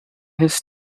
his